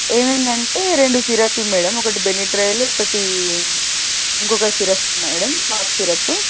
ఏమేంటంటే రెండు సిరప్లు మేడం ఒకటి బెనిడ్రయిల్ ఒకటి ఇంకొక సిరప్ మేడం కాఫ్ సిరప్